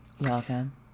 Welcome